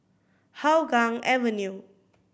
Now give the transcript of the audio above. Hougang Avenue